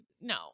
no